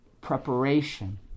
preparation